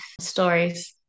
stories